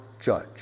judge